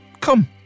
Come